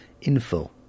info